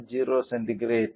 390 centigrade 0